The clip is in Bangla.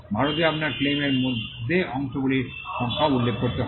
ভারতে আপনাকে ক্লেম এর মধ্যে অংশগুলির সংখ্যাও উল্লেখ করতে হবে